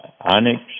Onyx